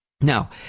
Now